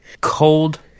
Cold